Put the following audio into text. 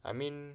I mean